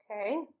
Okay